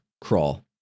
crawl